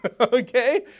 Okay